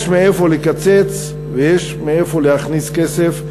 יש מאיפה לקצץ ויש מאיפה להכניס כסף,